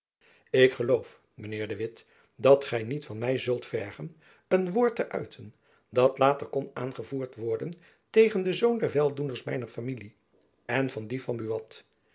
ik geloof mijn heer de witt dat gy niet van my zult vergen een woord te uiten dat later kon aangevoerd worden tegen den zoon der weldoeners mijner familie en van die van buat